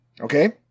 okay